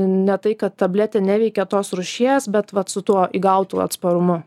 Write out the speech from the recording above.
ne tai kad tabletė neveikia tos rūšies bet vat su tuo įgautu atsparumu